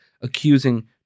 accusing